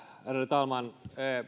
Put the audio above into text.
talman